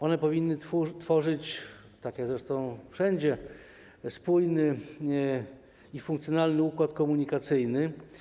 One powinny tworzyć, tak jak zresztą wszędzie, spójny i funkcjonalny układ komunikacyjny.